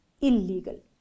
illegal